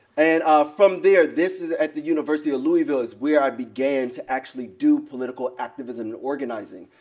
and from there, this is at the university of louisville is where i began to actually do political activism and organizing.